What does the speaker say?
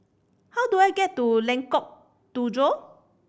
how do I get to Lengkok Tujoh